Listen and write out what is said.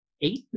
eight